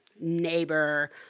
neighbor